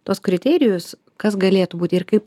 tuos kriterijus kas galėtų būti ir kaip